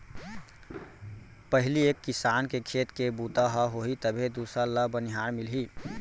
पहिली एक किसान के खेत के बूता ह होही तभे दूसर ल बनिहार मिलही